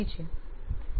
ઠીક છે